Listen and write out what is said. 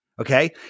Okay